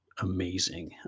amazing